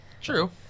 True